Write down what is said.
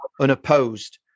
unopposed